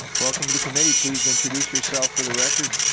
welcome to the committee. please introduce yourself for the record.